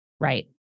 right